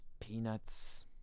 peanuts